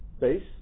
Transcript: base